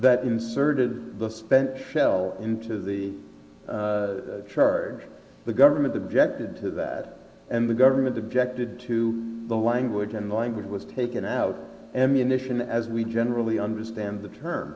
that inserted the spent shell into the charge the government objected to that and the government objected to the language and language was taken out and munition as we generally understand the term